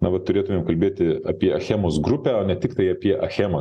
na va turėtumėm kalbėti apie achemos grupę o ne tiktai apie achemą